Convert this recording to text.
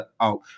out